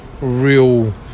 real